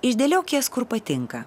išdėliok jas kur patinka